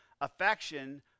affection